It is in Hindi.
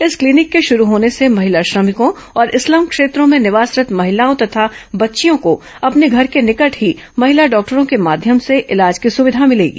इस क्लीनिक के शुरू होने से महिला श्रमिकों और स्लम क्षेत्रों में निवासरत् महिलाओं तथा बच्चियों को अपने घर के निकट ही महिला डॉक्टरों के माध्यम से इलाज की सुविधा मिलेगी